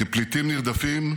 כפליטים נרדפים,